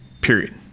period